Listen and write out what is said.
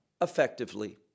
effectively